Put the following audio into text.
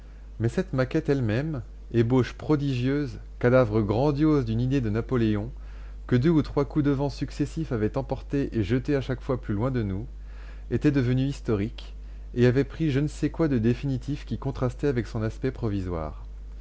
mais cette maquette elle-même ébauche prodigieuse cadavre grandiose d'une idée de napoléon que deux ou trois coups de vent successifs avaient emportée et jetée à chaque fois plus loin de nous était devenue historique et avait pris je ne sais quoi de définitif qui contrastait avec son aspect provisoire